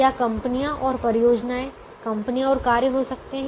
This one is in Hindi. क्या कंपनियां और परियोजनाएं कंपनियां और कार्य हो सकते हैं